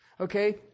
Okay